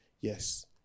Yes